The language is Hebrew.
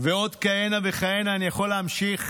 ועוד כהנה וכהנה אני יכול להמשיך